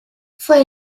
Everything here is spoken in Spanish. fue